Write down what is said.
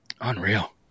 Unreal